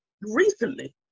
recently